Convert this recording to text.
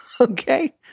Okay